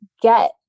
get